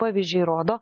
pavyzdžiai rodo